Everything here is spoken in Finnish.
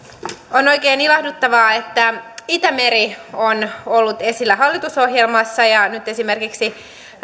on oikein ilahduttavaa että itämeri on ollut esillä hallitusohjelmassa ja nyt esimerkiksi